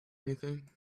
anything